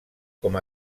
com